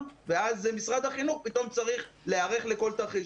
ואז משרד החינוך פתאום צריך להיערך לכל תרחיש.